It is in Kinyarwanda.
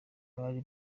bari